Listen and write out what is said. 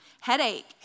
Headache